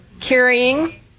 Carrying